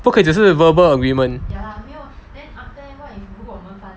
不可以只是 verbal agreement